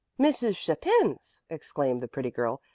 mrs. chapin's! exclaimed the pretty girl.